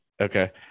okay